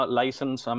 license